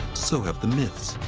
so have the myths.